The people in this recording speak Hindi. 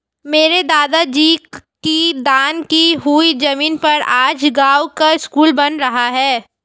मेरे दादाजी की दान की हुई जमीन पर आज गांव का स्कूल बन रहा है